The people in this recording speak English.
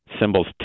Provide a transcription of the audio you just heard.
symbols